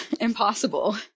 impossible